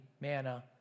manna